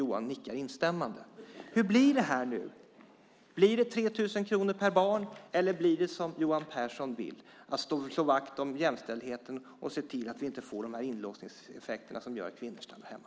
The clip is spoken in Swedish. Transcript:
Johan nickar instämmande. Hur blir det nu? Blir det 3 000 kronor per barn eller blir det som Johan Pehrson vill, att man slår vakt om jämställdheten och ser till att vi inte får de här inlåsningseffekterna som gör att kvinnor stannar hemma?